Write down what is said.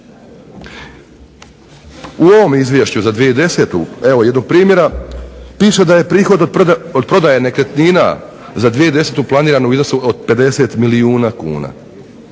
U ovom izvješću za 2010., evo jednog primjera, piše da je prihod od prodaje nekretnina za 2010. planirano u iznosu od 50 milijuna kuna,